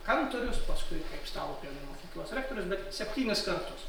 kantorius paskui kaip stalupėnų mokyklos rektorius bet septynis kartus